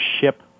ship